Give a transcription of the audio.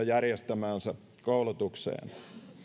järjestämäänsä koulutukseen